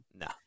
No